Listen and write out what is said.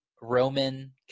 Roman